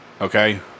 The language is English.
okay